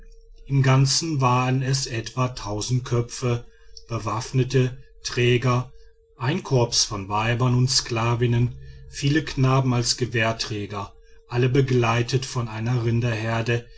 im ganzen waren es etwa köpfe bewaffnete träger ein korps von weibern und sklavinnen viele knaben als gewehrträger alle begleitet von einer rinderherde